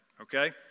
Okay